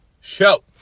show